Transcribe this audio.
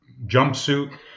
jumpsuit